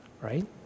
Right